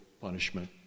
punishment